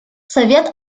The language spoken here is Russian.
совет